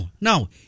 no